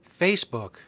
Facebook